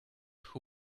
who